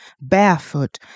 barefoot